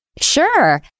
Sure